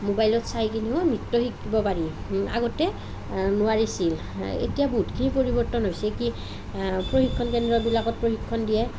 মবাইলত চাই কিনিও নৃত্য শিকিব পাৰি আগতে নোৱাৰিছিল এতিয়া বহুতখিনি পৰিবৰ্তন হৈছে কি প্ৰশিক্ষণ কেন্দ্ৰবিলাকত প্ৰশিক্ষণ দিয়ে